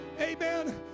amen